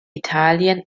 italien